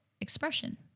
expression